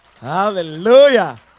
Hallelujah